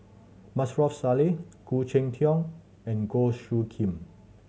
Maarof Salleh Khoo Cheng Tiong and Goh Soo Khim